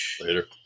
Later